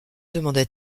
demanda